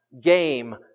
game